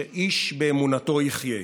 שאיש באמונתו יחיה.